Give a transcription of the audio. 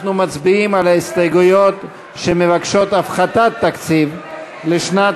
אנחנו מצביעים על ההסתייגויות שמבקשות הפחתת תקציב לשנת